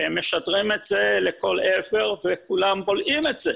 הם משדרים את זה לכל עבר וכולם בולעים את זה.